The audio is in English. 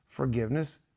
forgiveness